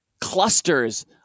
clusters